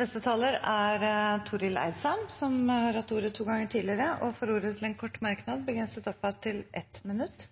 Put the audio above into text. Representanten Torill Eidsheim har hatt ordet to ganger tidligere og får ordet til en kort merknad, begrenset til 1 minutt.